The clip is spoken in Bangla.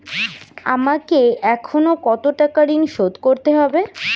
আমাকে এখনো কত টাকা ঋণ শোধ করতে হবে?